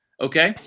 okay